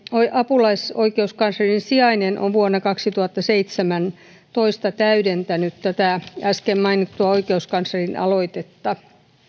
apulaisoikeuskanslerin sijainen on vuonna kaksituhattaseitsemäntoista täydentänyt tätä äsken mainittua oikeuskanslerin aloitetta